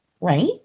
right